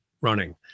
running